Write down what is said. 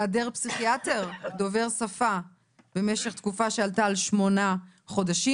היעדר פסיכיאטר דובר שפה במשך תקופה שעלתה על תקופה של שמונה חודשים,